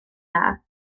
dda